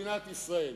במדינת ישראל.